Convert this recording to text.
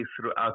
throughout